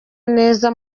neza